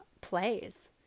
plays